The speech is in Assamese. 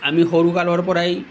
আমি সৰুকালৰ পৰাই